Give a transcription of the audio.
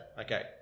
Okay